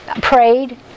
prayed